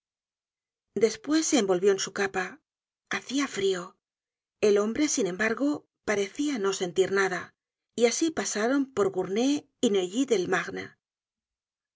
despues se envolvió en su capa hacia frio el hombre sin embargo parecia no sentir nada y asi pasaron por gournay y neuilly delmarne